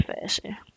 fashion